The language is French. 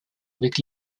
avec